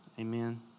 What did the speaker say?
Amen